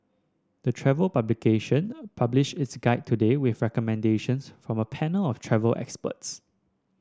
the travel publication published its guide today with recommendations from a panel of travel experts